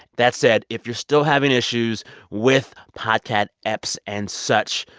that said, if you're still having issues with podcast apps and such,